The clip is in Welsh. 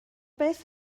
beth